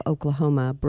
Oklahoma